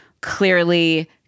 clearly